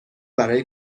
برای